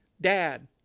Dad